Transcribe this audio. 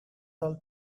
all